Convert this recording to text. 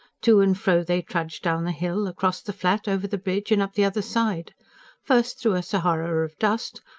to and fro they trudged down the hill, across the flat, over the bridge and up the other side first, through a sahara of dust,